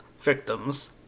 victims